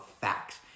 facts